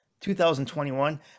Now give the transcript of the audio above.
2021